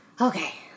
okay